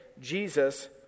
Jesus